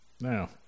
now